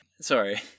Sorry